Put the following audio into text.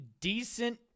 decent